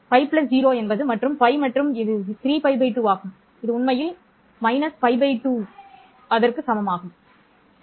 π 0 என்பது π மற்றும் இது 3 π 2 ஆகும் இது உண்மையில் சமம் π 2 வலது